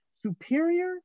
Superior